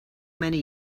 many